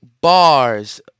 bars